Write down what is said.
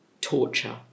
torture